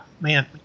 man